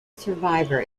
survivor